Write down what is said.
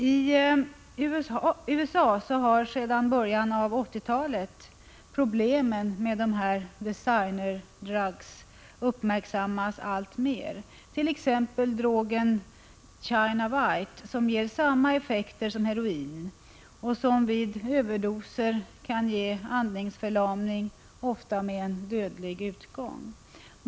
I USA har sedan början av 1980-talet problemen med dessa ”designer drugs” uppmärksammats alltmer. Det gäller t.ex. drogen ”China White”, som medför samma effekter som heroin och som vid överdoser kan ge andningsförlamning, ofta med dödlig utgång.